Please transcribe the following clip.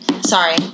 Sorry